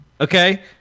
Okay